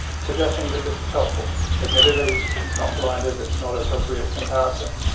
suggesting that this is helpful. admittedly it's not blinded, it's not an appropriate comparison.